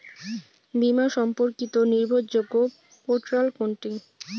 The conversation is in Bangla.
বীমা সম্পর্কিত নির্ভরযোগ্য পোর্টাল কোনটি?